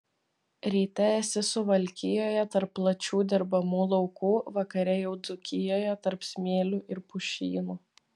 ryte esi suvalkijoje tarp plačių dirbamų laukų vakare jau dzūkijoje tarp smėlių ir pušynų